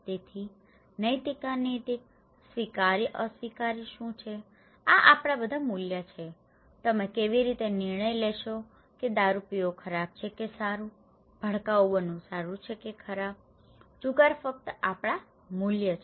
તેથી નૈતિક અનૈતિક સ્વીકાર્ય અસ્વીકાર્ય શું છે આ આપણા બધા મૂલ્યો છે તમે કેવી રીતે નિર્ણય લેશો કે દારૂ પીવો ખરાબ છે કે સારું ભડકાઉ બનવું સારું છે કે ખરાબ છે જુગાર ફક્ત આપણા મૂલ્યો છે